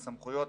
הסמכויות,